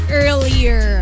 earlier